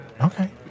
Okay